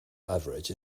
average